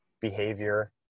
behavior